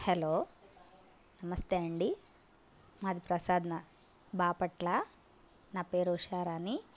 hello నమస్తే అండి మాది బాపట్ల నా పేరు ఉషారాణి